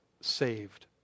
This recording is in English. saved